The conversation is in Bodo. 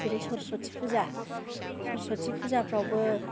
जेरै सरसति फुजा सरसति फुजाफ्रावबो